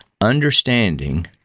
understanding